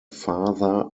father